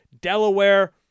Delaware